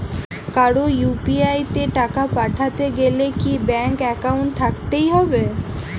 কারো ইউ.পি.আই তে টাকা পাঠাতে গেলে কি ব্যাংক একাউন্ট থাকতেই হবে?